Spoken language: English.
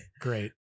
Great